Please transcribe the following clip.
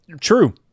True